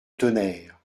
tonnerre